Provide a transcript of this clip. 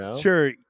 sure